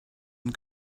and